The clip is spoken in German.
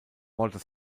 walter